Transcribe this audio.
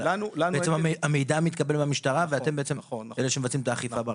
בעצם המידע מתקבל במשטרה ואתם בעצם אלה שמבצעים את האכיפה.